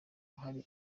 hari